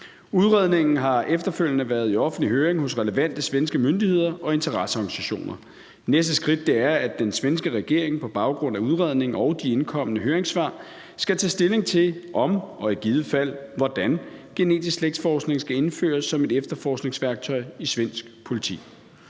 Udredningen har efterfølgende været i offentlig høring hos relevante svenske myndigheder og interesseorganisationer. Næste skridt er, at den svenske regering på baggrund af udredningen og de indkomne høringssvar skal tage stilling til, om og i givet fald hvordan genetisk slægtsforskning skal indføres som et efterforskningsværktøj i svensk politi.